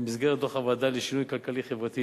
במסגרת דוח הוועדה לשינוי כלכלי-חברתי